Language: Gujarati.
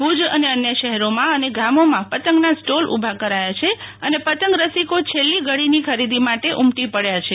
ભુજ અને અન્ય શહેરોમાં અને ગામોમાં પતંગના સ્ટોલ ઉભા કરાયા છે અને પતંગ રસિકો છેલ્લી ઘડીની ખરીદી માટે ઉમટી પડચા છે